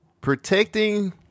Protecting